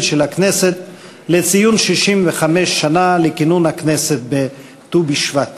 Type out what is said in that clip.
של הכנסת לציון 65 שנה לכינון הכנסת בט"ו בשבט.